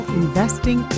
investing